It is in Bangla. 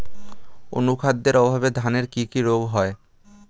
অনুখাদ্যের অভাবে ধানের কি কি রোগ হয়?